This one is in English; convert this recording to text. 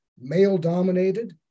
male-dominated